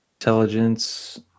Intelligence